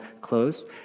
close